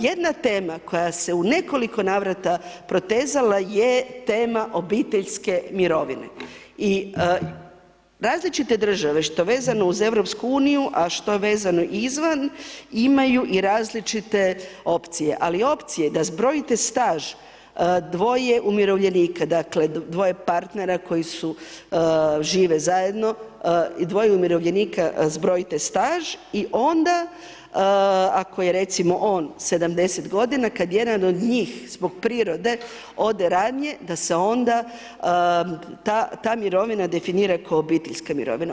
Jedna tema koja se u nekoliko navrata protezala je tema obiteljske mirovine i različite države što vezano uz EU, a što vezano izvan imaju i različite opcije, ali opcije da zbrojite staž dvoje umirovljenika, dakle dvoje partnera koji su žive zajedno i dvoje umirovljenika zbrojite staž i onda ako je recimo on 70 godina kad jedan od zbog prirode ode ranije da se onda ta mirovina definira ko obiteljska mirovina.